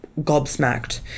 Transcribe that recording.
gobsmacked